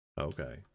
Okay